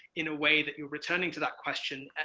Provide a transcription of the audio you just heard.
in a way, that you're returning to that question,